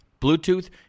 bluetooth